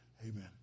Amen